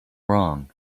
wrong